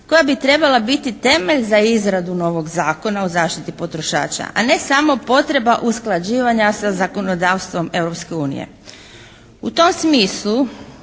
koja bi trebala biti temelj za izradu novog Zakona o zaštiti potrošača a ne samo potreba usklađivanja sa zakonodavstvom Europske